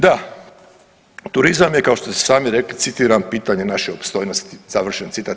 Da, turizam je kao što ste sami rekli citiram pitanje naše opstojnosti, završen citat.